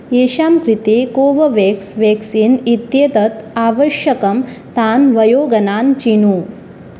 येषां कृते Covovax vaccine इत्येतत् आवश्यकं तान् वयोगणान् चिनु